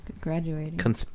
graduating